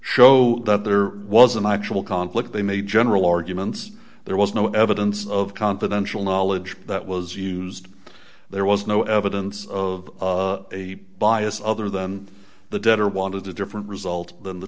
show that there was an actual conflict they made general arguments there was no evidence of confidential knowledge that was used there was no evidence of a bias other than the debtor wanted a different result than the